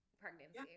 pregnancy